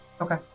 Okay